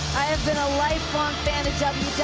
i have been a lifelong fan of wwe,